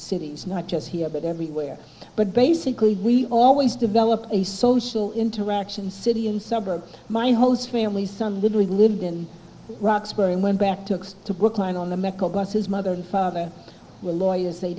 cities not just here but everywhere but basically we always developed a social interaction city and suburbs my host families son literally lived in roxbury and went back to us to brookline on the medical bus his mother and father were lawyers they